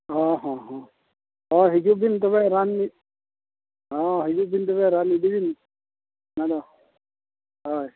ᱦᱚᱸ ᱦᱚᱸ ᱦᱚᱸ ᱦᱤᱡᱩᱜ ᱵᱤᱱ ᱛᱚᱵᱮ ᱨᱟᱱ ᱦᱚᱸ ᱦᱤᱡᱩᱜ ᱵᱤᱱ ᱛᱚᱵᱮ ᱨᱟᱱ ᱤᱫᱤ ᱵᱤᱱ ᱚᱱᱟᱫᱚ ᱦᱳᱭ